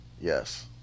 Yes